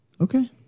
Okay